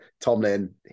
Tomlin